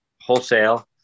wholesale